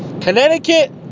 Connecticut